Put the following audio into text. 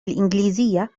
الإنجليزية